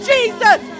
Jesus